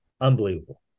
unbelievable